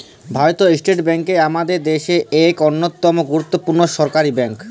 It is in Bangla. ভারতীয় ইস্টেট ব্যাংক আমাদের দ্যাশের ইক অল্যতম গুরুত্তপুর্ল সরকারি ব্যাংক